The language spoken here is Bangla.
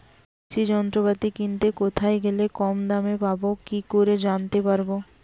কৃষি যন্ত্রপাতি কিনতে কোথায় গেলে কম দামে পাব কি করে জানতে পারব?